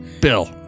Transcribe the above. Bill